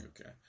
Okay